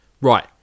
Right